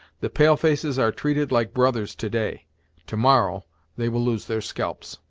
the pale-faces are treated like brothers to-day to-morrow they will lose their scalps.